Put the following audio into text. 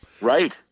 Right